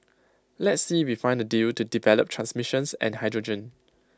let's see we find A deal to develop transmissions and hydrogen